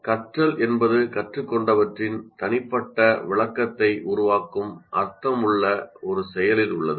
கற்றல் என்பது கற்றுக்கொண்டவற்றின் தனிப்பட்ட விளக்கத்தை உருவாக்கும் அர்த்தமுள்ள ஒரு செயலில் உள்ளது